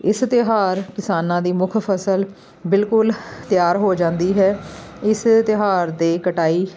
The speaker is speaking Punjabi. ਇਸ ਤਿਉਹਾਰ ਕਿਸਾਨਾਂ ਦੀ ਮੁੱਖ ਫਸਲ ਬਿਲਕੁਲ ਤਿਆਰ ਹੋ ਜਾਂਦੀ ਹੈ ਇਸ ਤਿਉਹਾਰ ਦੇ ਕਟਾਈ